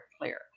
clear